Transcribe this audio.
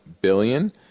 billion